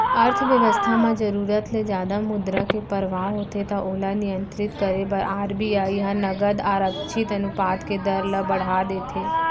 अर्थबेवस्था म जरुरत ले जादा मुद्रा के परवाह होथे त ओला नियंत्रित करे बर आर.बी.आई ह नगद आरक्छित अनुपात के दर ल बड़हा देथे